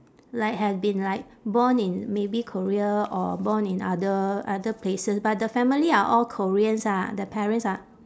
like have been like born in maybe korea or born in other other places but the family are all koreans ah the parents are